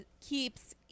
keeps